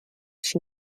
she